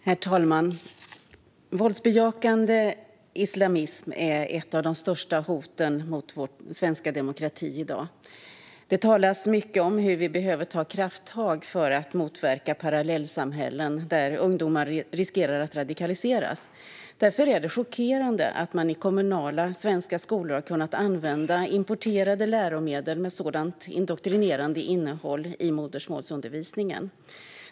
Herr talman! Våldsbejakande islamism är ett av de största hoten mot vår svenska demokrati i dag. Det talas mycket om hur vi behöver ta krafttag för att motverka parallellsamhällen, där ungdomar riskerar att radikaliseras. Därför är det chockerande att man i kommunala svenska skolor har kunnat använda importerade läromedel med sådant indoktrinerande innehåll i modersmålsundervisningen.